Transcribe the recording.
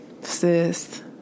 sis